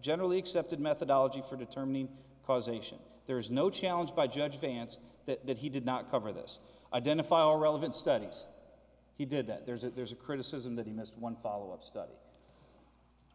generally accepted methodology for determining causation there is no challenge by judge vance that he did not cover this identify all relevant studies he did that there's a criticism that he missed one follow up study